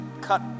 cut